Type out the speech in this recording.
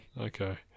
okay